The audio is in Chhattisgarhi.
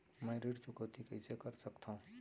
मैं ऋण चुकौती कइसे कर सकथव?